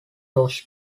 was